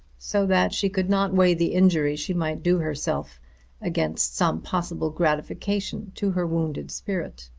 so that she could not weigh the injury she might do herself against some possible gratification to her wounded spirit.